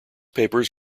papers